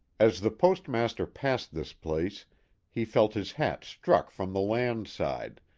as the postmaster passed this place he felt his hat struck from the land side,